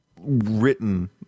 written